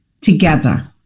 together